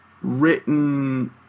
written